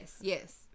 Yes